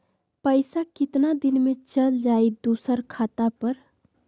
पैसा कितना दिन में चल जाई दुसर खाता पर?